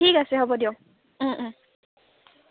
ঠিক আছে হ'ব দিয়ক